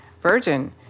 virgin